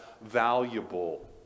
valuable